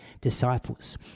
disciples